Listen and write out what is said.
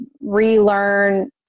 relearn